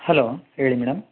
hello ಹೇಳಿ madam